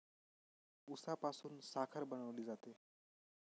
उसापासून साखर बनवली जाते